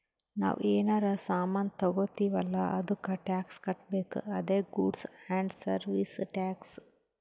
ನಾವ್ ಏನರೇ ಸಾಮಾನ್ ತಗೊತ್ತಿವ್ ಅಲ್ಲ ಅದ್ದುಕ್ ಟ್ಯಾಕ್ಸ್ ಕಟ್ಬೇಕ್ ಅದೇ ಗೂಡ್ಸ್ ಆ್ಯಂಡ್ ಸರ್ವೀಸ್ ಟ್ಯಾಕ್ಸ್